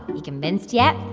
you convinced yet?